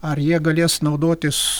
ar jie galės naudotis